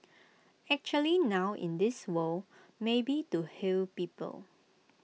actually now in this world maybe to heal people